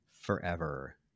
forever